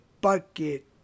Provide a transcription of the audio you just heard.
bucket